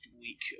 week